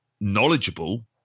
knowledgeable